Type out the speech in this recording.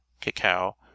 cacao